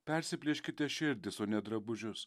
persiplėškite širdis o ne drabužius